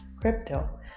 Crypto